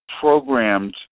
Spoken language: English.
programmed